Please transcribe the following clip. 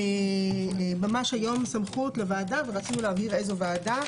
ממש היום סמכות לוועדה ורצו להבהיר איזו ועדה.